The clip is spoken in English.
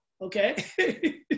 okay